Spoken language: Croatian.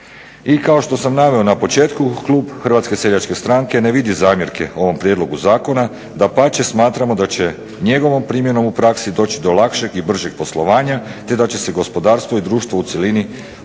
I kao što sam naveo na početku klub Hrvatske seljačke stranke ne vidi zamjerke ovom prijedlogu zakona. Dapače, smatramo da će njegovom primjenom u praksi doći do lakšeg i bržeg poslovanja, te da će se gospodarstvo i društvo u cjelini osjetiti